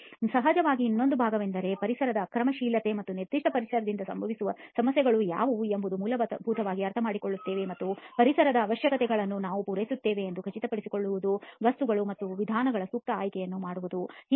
ಸಹಜವಾಗಿ ಇನ್ನೊಂದು ಭಾಗವೆಂದರೆ ಪರಿಸರದ ಆಕ್ರಮಣಶೀಲತೆ ಮತ್ತು ನಿರ್ದಿಷ್ಟ ಪರಿಸರದಲ್ಲಿ ಸಂಭವಿಸುವ ಸಮಸ್ಯೆಗಳು ಯಾವುವು ಎಂಬುದನ್ನು ನಾವು ಮೂಲಭೂತವಾಗಿ ಅರ್ಥಮಾಡಿಕೊಳ್ಳುತ್ತೇವೆ ಮತ್ತು ಪರಿಸರದ ಅವಶ್ಯಕತೆಗಳನ್ನು ನಾವು ಪೂರೈಸುತ್ತಿದ್ದೇವೆ ಎಂದು ಖಚಿತಪಡಿಸಿಕೊಳ್ಳಲು ವಸ್ತುಗಳು ಮತ್ತು ವಿಧಾನಗಳ ಸೂಕ್ತ ಆಯ್ಕೆಗಳನ್ನು ಮಾಡುತ್ತೇವೆ